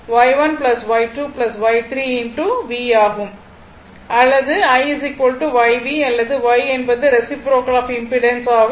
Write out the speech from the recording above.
அல்லது I YV அல்லது Y என்பது ரெசிப்ரோக்கல் ஆப் இம்பிடன்ஸ் ஆகும்